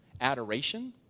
adoration